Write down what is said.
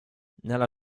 nella